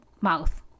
mouth